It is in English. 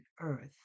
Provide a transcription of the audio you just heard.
earth